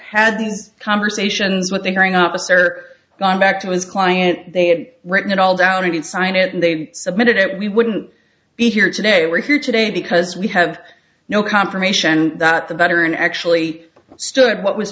had these conversations with the hearing of a server gone back to his client they had written it all down to sign it and they submitted it we wouldn't be here today we're here today because we have no confirmation that the veteran actually stood what was